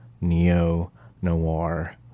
neo-noir